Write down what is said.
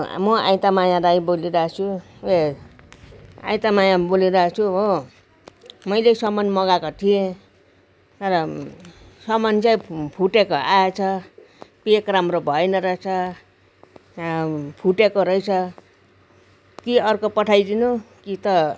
म आइतामाया राई बोलिरहेछु आइतामाया बोलिरहेछु हो मैले सामान मगाएको थिएँ तर सामान चाहिँ फुटेको आएछ प्याक राम्रो भएन रहेछ फुटेको रहेछ कि अर्को पठाइदिनु कि त